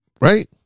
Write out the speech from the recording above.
right